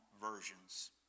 versions